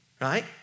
Right